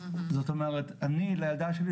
לילדה שלי,